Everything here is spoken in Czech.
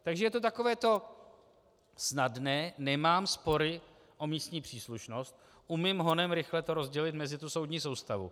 Takže je to takové to snadné, nemám spory o místní příslušnost, umím honem rychle to rozdělit mezi soudní soustavu.